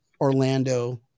Orlando